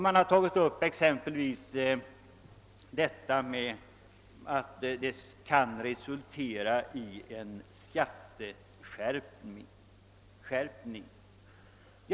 Man har exempelvis gjort gällande att reformen kan resultera i en skatteskärpning.